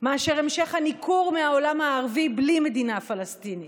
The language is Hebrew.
מאשר המשך הניכור מהעולם הערבי בלי מדינה פלסטינית.